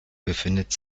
befindet